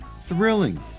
thrilling